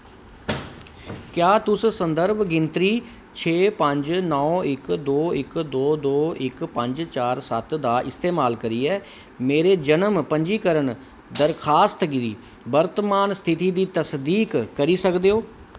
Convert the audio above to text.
क्या तुस संदर्भ गिनतरी छे पंज नौ इक दो इक दो दो इक पंज चार सत्त दा इस्तेमाल करियै मेरे जन्म पंजीकरण दरखास्त दी वर्तमान स्थिति दी तसदीक करी सकदे ओ